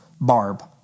barb